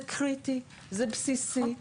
זה קריטי, זה בסיסי.